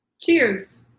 Cheers